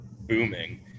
booming